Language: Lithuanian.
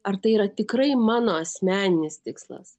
ar tai yra tikrai mano asmeninis tikslas